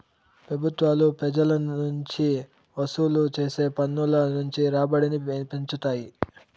పెబుత్వాలు పెజల నుంచి వసూలు చేసే పన్నుల నుంచి రాబడిని పెంచుతాయి